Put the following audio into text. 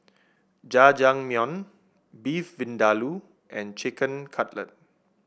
Jajangmyeon Beef Vindaloo and Chicken Cutlet